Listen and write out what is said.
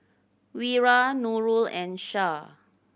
Wira Nurul and Shah